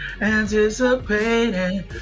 anticipating